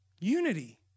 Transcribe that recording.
unity